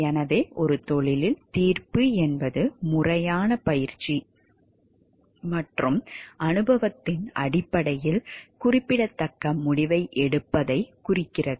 எனவே ஒரு தொழிலில் தீர்ப்பு என்பது முறையான பயிற்சி மற்றும் அனுபவத்தின் அடிப்படையில் குறிப்பிடத்தக்க முடிவை எடுப்பதைக் குறிக்கிறது